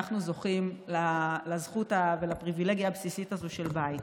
אנחנו זוכים לזכות ולפריבילגיה הבסיסית הזאת של בית.